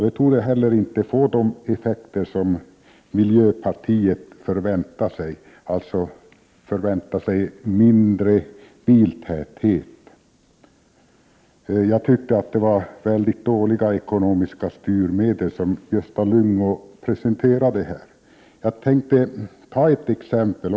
Det torde inte heller få de effekter miljöpartiet förväntar sig, dvs. mindre biltäthet. Jag tyckte att det var dåliga ekonomiska styrmedel Gösta Lyngå presenterade här. Jag kan ta ett exempel.